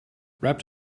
wrapped